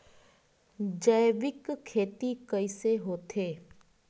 जैविक खेती कइसे होथे?